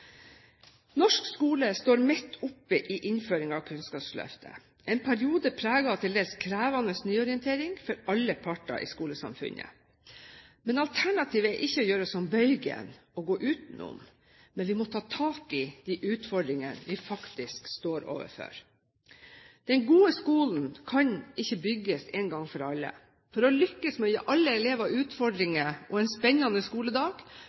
Norsk skole står midt oppe i innføringen av Kunnskapsløftet – en periode preget av til dels krevende nyorientering for alle parter i skolesamfunnet. Men alternativet er ikke å gjøre som Bøygen, å gå utenom; vi må ta tak i de utfordringer vi faktisk står overfor. Den gode skolen kan ikke bygges en gang for alle. For å lykkes med å gi alle elever utfordringer og en spennende skoledag